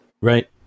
Right